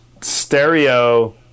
stereo